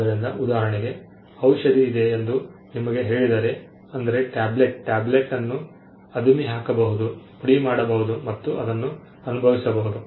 ಆದ್ದರಿಂದ ಉದಾಹರಣೆಗೆ ಔಷಧಿ ಇದೆ ಎಂದು ನಿಮಗೆ ಹೇಳಿದರೆ ಅಂದರೆ ಟ್ಯಾಬ್ಲೆಟ್ ಟ್ಯಾಬ್ಲೆಟ್ ಅನ್ನು ಅದುಮಿಹಾಕಬಹುದು ಪುಡಿ ಮಾಡಬಹುದು ಮತ್ತು ಅದನ್ನು ಅನುಭವಿಸಬಹುದು